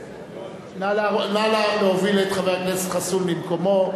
נא להוביל את חבר הכנסת חסון למקומו,